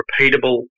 repeatable